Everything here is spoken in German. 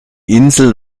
insel